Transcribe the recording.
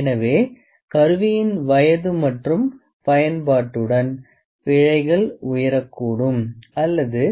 எனவே கருவியின் வயது மற்றும் பயன்பாட்டுடன் பிழைகள் உயரக்கூடும் அல்லது